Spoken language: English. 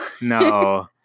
no